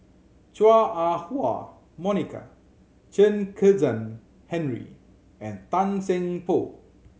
Chua Ah Huwa Monica Chen Kezhan Henri and Tan Seng Poh